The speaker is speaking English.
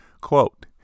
Quote